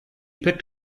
picked